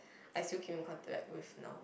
I still keep in contact with now